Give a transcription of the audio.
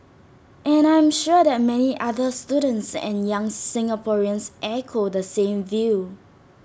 and I am sure that many other students and young Singaporeans echo the same view